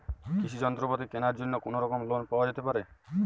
কৃষিযন্ত্রপাতি কেনার জন্য কোনোরকম লোন পাওয়া যেতে পারে?